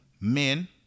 men